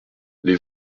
les